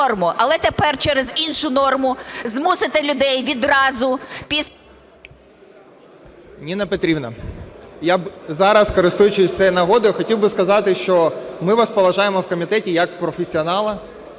Ніна Петрівна, я зараз, користуючись цією нагодою, хотів би сказати, що ми вас поважаємо в комітеті як професіонала,